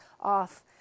off